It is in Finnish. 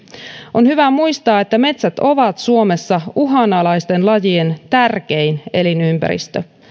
on hyvä muistaa että metsät ovat suomessa uhanalaisten lajien tärkein elinympäristö